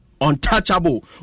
untouchable